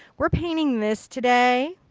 we're painting this today.